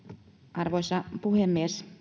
arvoisa puhemies